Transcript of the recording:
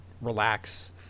relax